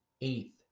eighth